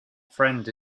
friend